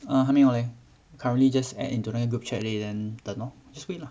err 还没有 leh currently just add into 那个 group chat leh then 等 lor just wait lah